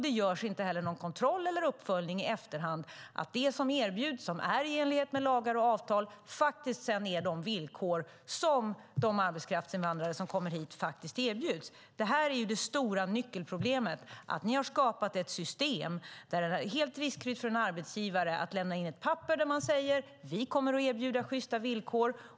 Det görs inte heller någon kontroll eller uppföljning i efterhand av att det som erbjuds och är i enlighet med lagar och avtal är de villkor som de arbetskraftsinvandrare som kommer hit sedan faktiskt får. Det här är nyckelproblemet. Ni har skapat ett system där det är helt riskfritt för en arbetsgivare att lämna in ett papper där det står att man kommer att erbjuda sjysta villkor.